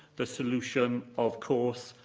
the solution, of course,